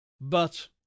But